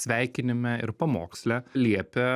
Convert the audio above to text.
sveikinime ir pamoksle liepė